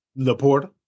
Laporta